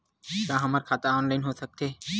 का हमर खाता ऑनलाइन हो सकथे?